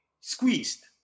squeezed